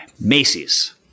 Macy's